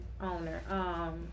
owner